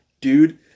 Dude